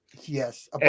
yes